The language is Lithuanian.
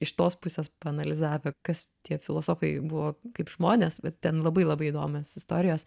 iš tos pusės paanalizavę kas tie filosofai buvo kaip žmonės bet ten labai labai įdomios istorijos